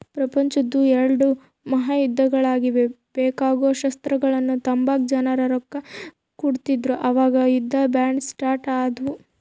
ಪ್ರಪಂಚುದ್ ಎಲ್ಡೂ ಮಹಾಯುದ್ದಗುಳ್ಗೆ ಬೇಕಾಗೋ ಶಸ್ತ್ರಗಳ್ನ ತಾಂಬಕ ಜನ ರೊಕ್ಕ ಕೊಡ್ತಿದ್ರು ಅವಾಗ ಯುದ್ಧ ಬಾಂಡ್ ಸ್ಟಾರ್ಟ್ ಆದ್ವು